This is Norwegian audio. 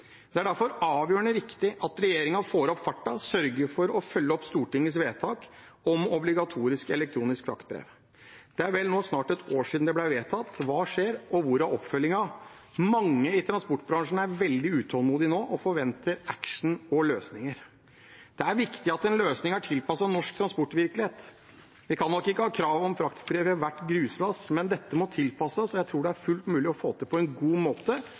Det er derfor avgjørende viktig at regjeringen får opp farten og sørger for å følge opp Stortingets vedtak om obligatorisk elektronisk fraktbrev. Det er vel nå snart et år siden det ble vedtatt. Hva skjer, og hvor er oppfølgingen? Mange i transportbransjen er veldig utålmodige nå og forventer action og løsninger. Men det er viktig at en løsning er tilpasset norsk transportvirkelighet. Vi kan nok ikke ha krav om fraktbrev for hvert gruslass – dette må tilpasses, og jeg tror det er fullt mulig å få til på en god måte